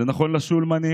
זה נכון לשולמנים,